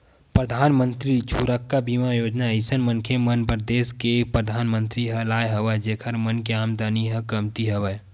परधानमंतरी सुरक्छा बीमा योजना अइसन मनखे मन बर देस के परधानमंतरी ह लाय हवय जेखर मन के आमदानी ह कमती हवय